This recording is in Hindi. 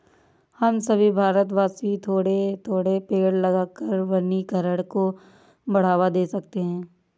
हम सभी भारतवासी थोड़े थोड़े पेड़ लगाकर वनीकरण को बढ़ावा दे सकते हैं